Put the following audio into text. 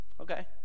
Okay